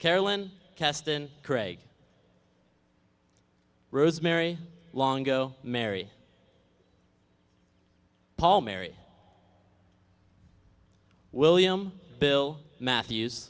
carolyn kasten craig rosemary longo mary paul mary william bill matthews